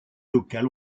locale